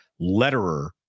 Letterer